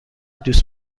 دوست